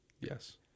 Yes